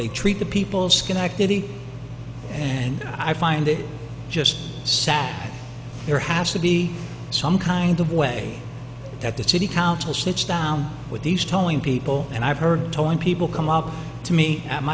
they treat the people skin activity and i find it just sad there has to be some kind of way that the city council sits down with these towing people and i've heard towing people come up to me at